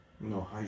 No